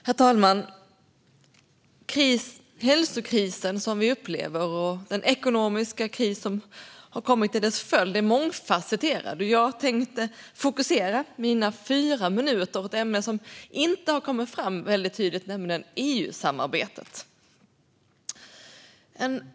Herr talman! Hälsokrisen som vi upplever och den ekonomiska krisen som en följd av den är mångfasetterade. Jag tänker under mina fyra minuter fokusera på ett ämne som inte har kommit fram så tydligt, nämligen EU-samarbetet.